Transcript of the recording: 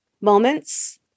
moments